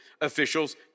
officials